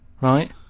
right